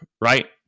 right